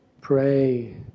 pray